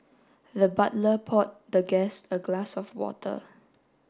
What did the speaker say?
the butler poured the guest a glass of water